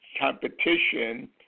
competition